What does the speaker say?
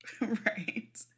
Right